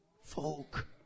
folk